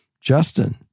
Justin